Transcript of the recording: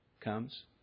comes